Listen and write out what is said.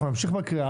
אנחנו נמשיך בקריאה.